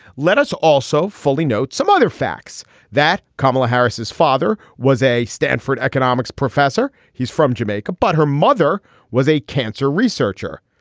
let us also fully note some other facts that kamala harris, whose father was a stanford economics professor, he's from jamaica, but her mother was a cancer researcher.